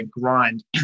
grind